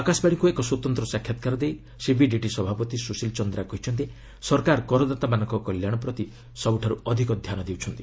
ଆକାଶବାଣୀକୁ ଏକ ସ୍ୱତନ୍ତ୍ର ସାକ୍ଷାତକାର ଦେଇ ସିବିଡିଟି ସଭାପତି ସୁଶୀଲ ଚନ୍ଦ୍ରା କହିଛନ୍ତି ସରକାର କରଦାତାମାନଙ୍କର କଲ୍ୟାଣ ପ୍ରତି ସବୁଠାରୁ ଅଧିକ ଧ୍ୟାନ ଦେଉଛନ୍ତି